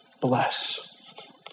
bless